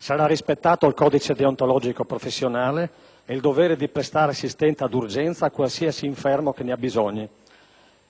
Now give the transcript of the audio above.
Sarà rispettato il codice deontologico professionale e il dovere di «prestare assistenza d'urgenza a qualsiasi infermo che ne abbisogni».